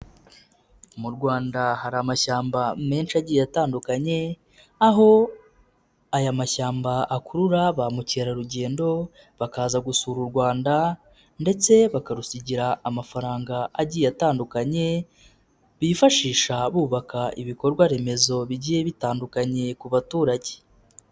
Mu Rwanda hari amashyamba menshi agiye atandukanye, aho aya mashyamba akurura ba mukerarugendo bakaza gusura u rwanda ndetse bakarusigira amafaranga agiye atandukanye, bifashisha bubaka ibikorwaremezo bigiye bitandukanye ku baturage.